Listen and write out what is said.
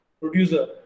producer